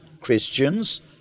Christians